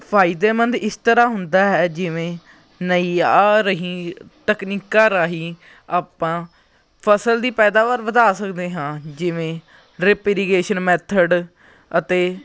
ਫ਼ਾਇਦੇਮੰਦ ਇਸ ਤਰ੍ਹਾਂ ਹੁੰਦਾ ਹੈ ਜਿਵੇਂ ਨਈਂ ਆ ਰਹੀ ਤਕਨੀਕਾਂ ਰਾਹੀਂ ਆਪਾਂ ਫਸਲ ਦੀ ਪੈਦਾਵਾਰ ਵਧਾ ਸਕਦੇ ਹਾਂ ਜਿਵੇਂ ਰੀਪੀਰੀਗੇਸ਼ਨ ਮੈਥਡ ਅਤੇ